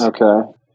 Okay